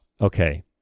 Okay